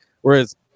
whereas